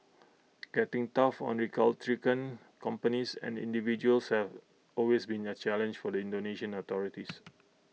getting tough on recalcitrant companies and individuals have always been A challenge for the Indonesian authorities